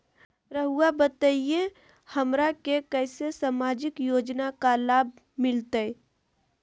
रहुआ बताइए हमरा के कैसे सामाजिक योजना का लाभ मिलते?